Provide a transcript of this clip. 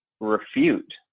refute